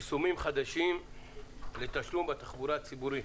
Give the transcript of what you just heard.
יישומים חדשים לתשלום בתחבורה הציבורית.